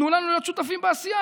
תנו לנו להיות שותפים בעשייה.